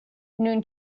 nun